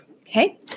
okay